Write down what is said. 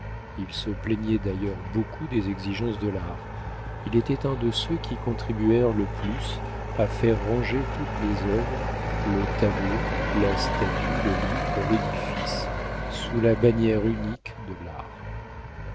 il se plaignait d'ailleurs beaucoup des exigences de l'art il était un de ceux qui contribuèrent le plus à faire ranger toutes les œuvres le tableau la statue le livre l'édifice sous la bannière unique de l'art